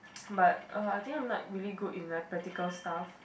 but uh I think I am not really good in like practical stuff